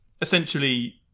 essentially